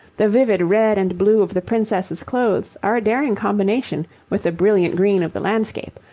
the vivid red and blue of the princess's clothes are a daring combination with the brilliant green of the landscape,